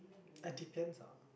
It depends ah